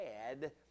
add